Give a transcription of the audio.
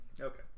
Okay